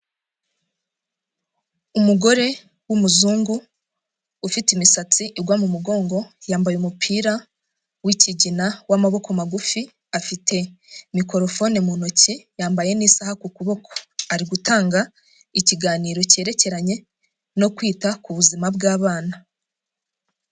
Umugore w'umuzungu ufite imisatsi igwa mu mugongo yambaye umupira w'ikigina w'amaboko magufi, afite mikorofone mu ntoki yambaye n'isaha ku kuboko ari gutanga ikiganiro cyerekeranye no kwita ku buzima bw'abana.